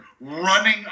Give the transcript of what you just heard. running